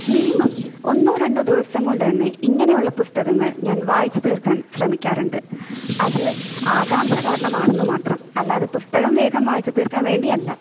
minimum ഒന്നോ രണ്ടോ ദിവസം കൊണ്ടുതന്നെ ഇങ്ങനെയുള്ള പുസ്തകങ്ങള് ഞാന് വായിച്ചു തീര്ക്കാന് ശ്രമിക്കാറുണ്ട് അത് ആകാംക്ഷ കാരണമാണെന്ന് മാത്രം അല്ലാതെ പുസ്തകം വേഗം വായിച്ചു തീര്ക്കാന് വേണ്ടിയല്ല